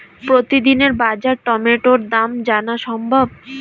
প্রতিদিনের বাজার টমেটোর দাম জানা সম্ভব?